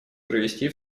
провести